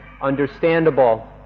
understandable